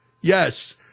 Yes